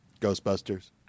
Ghostbusters